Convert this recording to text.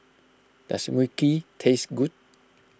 does Mui Kee taste good